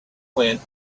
when